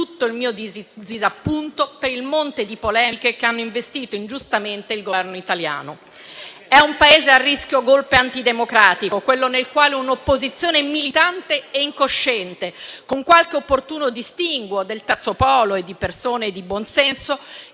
il mio disappunto per il monte di polemiche che hanno investito ingiustamente il Governo italiano. È un Paese a rischio golpe antidemocratico quello nel quale un'opposizione militante e incosciente, con qualche opportuno distinguo del terzo polo e di persone di buonsenso,